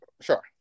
Sure